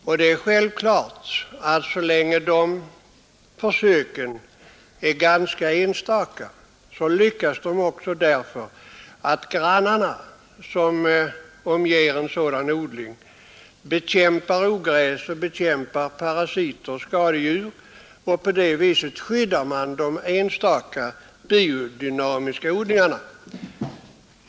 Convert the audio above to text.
Så länge det görs några enstaka försök är det självklart att de lyckas, eftersom grannarna till sådana odlare bekämpar ogräs, parasiter och skadedjur och på det viset skyddar även de enstaka biodynamiska odlingarna.